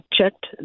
checked